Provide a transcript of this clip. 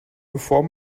bevor